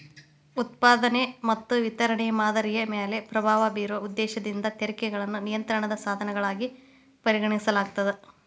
ಉತ್ಪಾದನೆ ಮತ್ತ ವಿತರಣೆಯ ಮಾದರಿಯ ಮ್ಯಾಲೆ ಪ್ರಭಾವ ಬೇರೊ ಉದ್ದೇಶದಿಂದ ತೆರಿಗೆಗಳನ್ನ ನಿಯಂತ್ರಣದ ಸಾಧನಗಳಾಗಿ ಪರಿಗಣಿಸಲಾಗ್ತದ